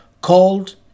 Called